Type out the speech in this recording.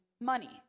money